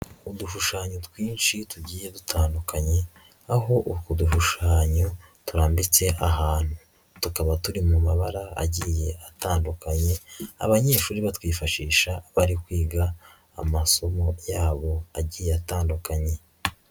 Udushushanyo twinshi tugiye dutandukanye, aho utwo dushushanyo turambitse ahantu, tukaba turi mu mabara agiye atandukanye ,abanyeshuri batwifashisha bari kwiga amasomo yabo agiye atandukanye.